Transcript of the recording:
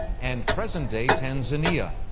and present day, tanzania?